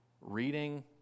reading